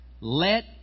Let